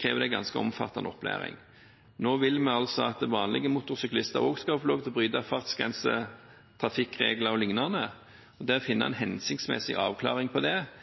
kreves det ganske omfattende opplæring. Nå vil vi altså at vanlige motorsyklister også skal få lov til å bryte fartsgrense, trafikkregler o.l., og det vil være viktig å finne en hensiktsmessig avklaring på det.